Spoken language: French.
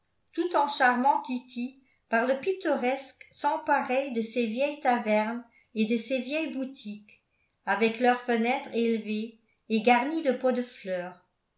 tout en charmant kitty par le pittoresque sans pareil de ses vieilles tavernes et de ses vieilles boutiques avec leurs fenêtres élevées et garnies de pots de fleurs